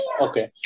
Okay